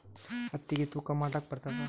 ಹತ್ತಿಗಿ ತೂಕಾ ಮಾಡಲಾಕ ಬರತ್ತಾದಾ?